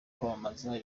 kwamamaza